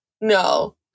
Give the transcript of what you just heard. No